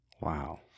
Wow